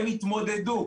הם התמודדו.